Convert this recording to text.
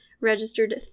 Registered